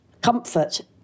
comfort